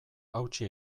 hautsi